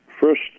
first